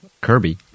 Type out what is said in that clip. Kirby